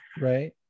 Right